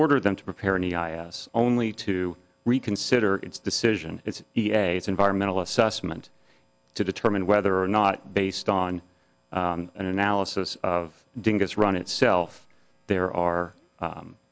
order them to prepare an e i us only to reconsider its decision it's e a s environmental assessment to determine whether or not based on an analysis of doing this run itself there are cum